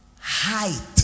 height